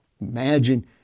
imagine